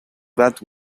that